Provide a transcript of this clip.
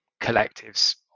collectives